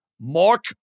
Mark